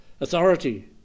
authority